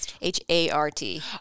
H-A-R-T